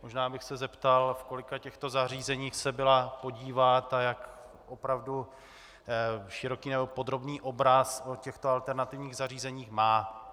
Možná bych se zeptal, v kolika těchto zařízeních se byla podívat a jak opravdu podrobný obraz o těchto alternativních zařízeních má.